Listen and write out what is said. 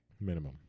Minimum